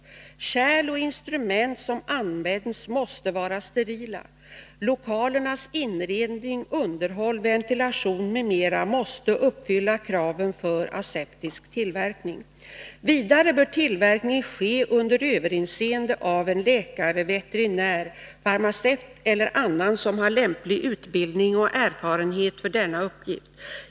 Kärl och instrument som används måste vara sterila. Lokalernas inredning, underhåll, ventilation m.m. måste uppfylla kraven för aseptisk tillverkning. Vidare bör tillverkningen ske under överinseende av en läkare, veterinär, farmacevt eller annan som har lämplig utbildning och erfarenhet för denna uppgift.